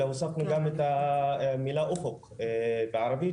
אלא הוספנו גם את המילה "אופוק" בערבית,